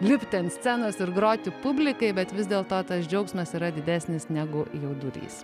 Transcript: lipti ant scenos ir groti publikai bet vis dėlto tas džiaugsmas yra didesnis negu jaudulys